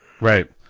Right